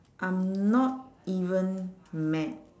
I'm not even mad